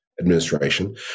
administration